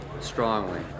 strongly